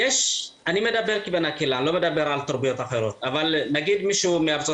אבל מידע שמפרט את זכויות התלמידים,